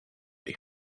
hoy